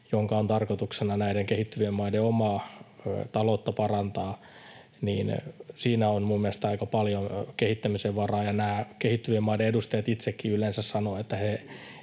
jonka tarkoituksena on näiden kehittyvien maiden omaa taloutta parantaa, on minun mielestäni aika paljon kehittämisen varaa. Nämä kehittyvien maiden edustajat itsekin yleensä sanovat,